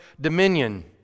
Dominion